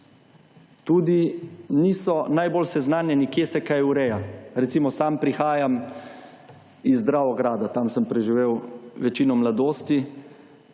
Tudi niso najbolj seznanjeni kje se kaj ureja. Recimo sam prihajam iz Dravograda, tam sem preživel večino mladosti